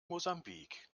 mosambik